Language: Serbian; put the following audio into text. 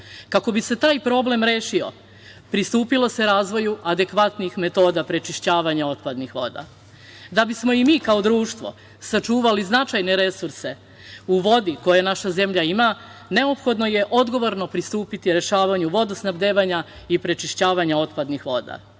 Kako bi se taj problem rešio, pristupilo se razvoju adekvatnih metoda prečišćavanja otpadnih voda. Da bismo i mi kao društvo sačuvali značajne resurse u vodi koje naša zemlja ima, neophodno je odgovorno pristupiti rešavanju vodosnabdevanja i prečišćavanja otpadnih voda.